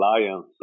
alliance